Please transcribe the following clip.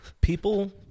People